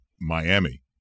Miami